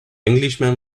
englishman